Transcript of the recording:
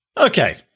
Okay